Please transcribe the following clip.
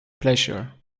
pleasure